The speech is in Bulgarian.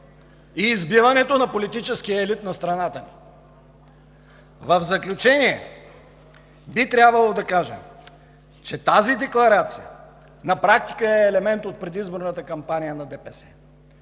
и избиването на политическия елит на страната ни. В заключение, би трябвало да кажем, че тази декларация на практика е елемент от предизборната кампания на ДПС.